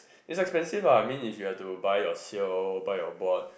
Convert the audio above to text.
is expensive ah I mean if you have to buy your sail buy your board